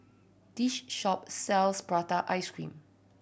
this shop sells prata ice cream